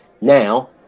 Now